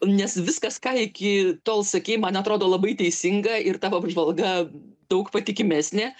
nes viskas ką iki tol sakei man atrodo labai teisinga ir tavo apžvalga daug patikimesnė